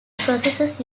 processes